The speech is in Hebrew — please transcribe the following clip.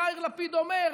יאיר לפיד אומר,